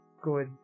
good